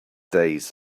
days